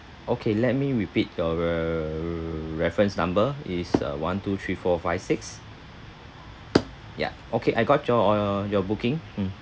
okay let me repeat your re~ reference number is uh one two three four five six ya okay I got your your your booking mm